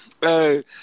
hey